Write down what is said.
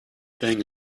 thing